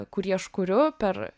kurį aš kuriu per